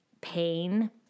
pain